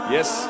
Yes